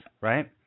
right